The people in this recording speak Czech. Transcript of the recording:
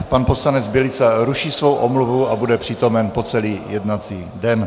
Pan poslanec Bělica ruší svou omluvu a bude přítomen po celý jednací den.